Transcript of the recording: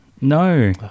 No